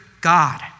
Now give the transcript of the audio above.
God